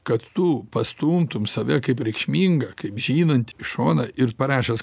kad tu pastumtum save kaip reikšmingą kaip žinantį į šoną ir parašęs